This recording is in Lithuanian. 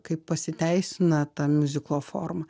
kaip pasiteisina ta miuziklo forma